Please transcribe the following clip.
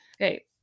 Okay